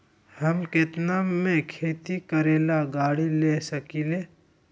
हम केतना में खेती करेला गाड़ी ले सकींले?